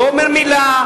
לא אומר מלה,